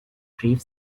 brief